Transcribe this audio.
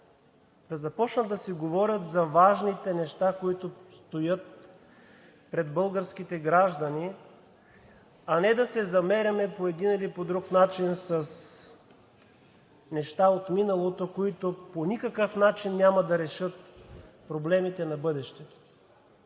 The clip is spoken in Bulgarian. да започнат да си говорят за важните неща, които стоят пред българските граждани, а не да се замеряме по един или по друг начин с неща от миналото, които по никакъв начин няма да решат проблемите на бъдещето.